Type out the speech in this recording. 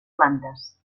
plantes